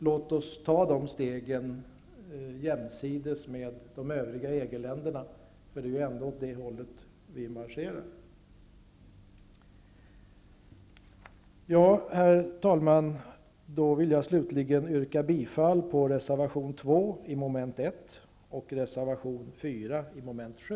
Låt oss ta dessa steg jämsides med de övriga EG-länderna. Det är ju ändå åt det hållet som vi marscherar. Herr talman! Jag vill slutligen yrka bifall till reservation 2 vid mom. 1 och reservation 4 vid mom. 7.